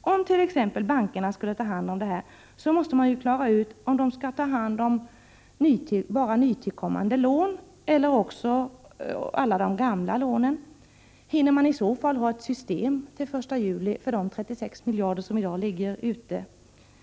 Om t.ex. bankerna skulle ta hand om detta så måste man ju klara ut om de skall ta hand om inte bara nytillkommande lån utan också de gamla. Hinner man i så fall få ett system till den 1 juli för de 36 miljarder kronor som i dag ligger ute?